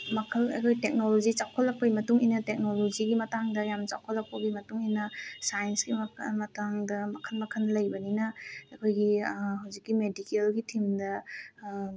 ꯃꯈꯜ ꯑꯩꯈꯣꯏ ꯇꯦꯛꯅꯣꯂꯣꯖꯤ ꯆꯥꯎꯈꯠꯂꯛꯄꯒꯤ ꯃꯇꯨꯡ ꯏꯟꯅ ꯇꯦꯛꯅꯣꯂꯣꯖꯤꯒꯤ ꯃꯇꯥꯡꯗ ꯌꯥꯝ ꯆꯥꯎꯈꯠꯂꯛꯄꯒꯤ ꯃꯇꯨꯡ ꯏꯟꯅ ꯁꯥꯏꯟꯁꯀꯤ ꯃꯇꯥꯡꯗ ꯃꯈꯜ ꯃꯈꯜ ꯂꯩꯕꯅꯤꯅ ꯑꯩꯈꯣꯏꯒꯤ ꯍꯧꯖꯤꯛꯀꯤ ꯃꯦꯗꯤꯀꯦꯜꯒꯤ ꯊꯤꯝꯗ